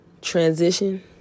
transition